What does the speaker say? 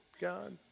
God